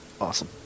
Awesome